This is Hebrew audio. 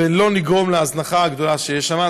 ולא נגרום להזנחה הגדולה שיש שם.